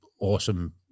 awesome